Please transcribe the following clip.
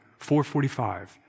4.45